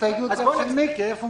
מי בעד